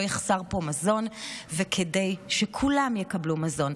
יחסר פה מזון וכדי שכולם יקבלו מזון?